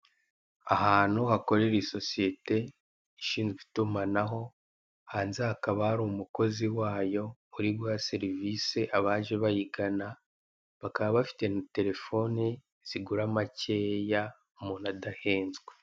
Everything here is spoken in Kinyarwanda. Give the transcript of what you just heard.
Ahantu hakorera isosiyete ishinzwe itumanaho hanze hakaba hari umukozi wayo, uri guha serivise abaje bayigana bakaba bafite na telelefone zigura makeya umuntu adahenzwe.